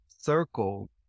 circle